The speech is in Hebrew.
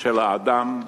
של האדם,